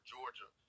Georgia